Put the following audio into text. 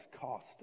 cost